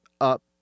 up